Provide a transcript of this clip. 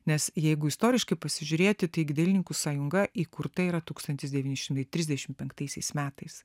nes jeigu istoriškai pasižiūrėti taigi dailininkų sąjunga įkurta yra tūkstantis devyni šimtai trisdešimt penktaisiais metais